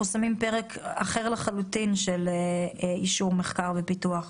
שמים פרק אחר לחלוטין של אישור מחקר ופיתוח.